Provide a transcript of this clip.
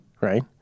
right